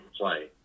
play